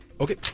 okay